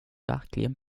verkligen